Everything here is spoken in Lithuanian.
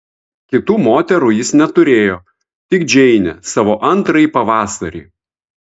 kitų moterų jis neturėjo tik džeinę savo antrąjį pavasarį